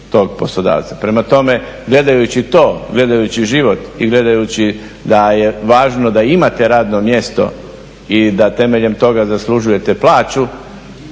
Prema tome, gledajući to, gledajući život i gledajući da je važno da imate radno mjesto i da temeljem toga zaslužujete plaću